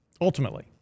ultimately